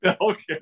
Okay